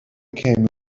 came